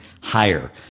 higher